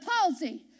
palsy